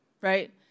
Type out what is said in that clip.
right